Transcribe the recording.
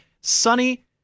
sunny